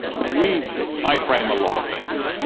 we iframe a lot of things.